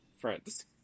friends